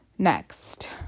Next